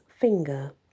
finger